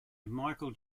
michael